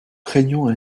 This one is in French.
craignons